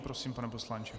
Prosím, pane poslanče.